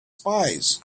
spies